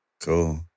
Cool